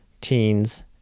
teens